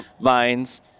vines